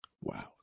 wow